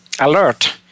alert